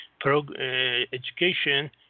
education